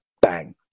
Bang